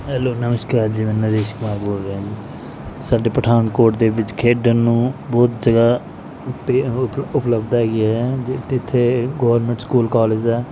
hello ਨਮਸਕਾਰ ਜੀ ਮੈਂ ਨਰੇਸ਼ ਕੁਮਾਰ ਬੋਲ ਰਿਹਾ ਜੀ ਸਾਡੇ ਪਠਾਨਕੋਟ ਦੇ ਵਿੱਚ ਖੇਡਣ ਨੂੰ ਬਹੁਤ ਜਗ੍ਹਾ ਉਪਲਬਧ ਹੈਗੀ ਹੈ ਅਤੇ ਇੱਥੇ ਗੌਰਮੈਂਟ ਸਕੂਲ ਕੋਲਜ ਹੈ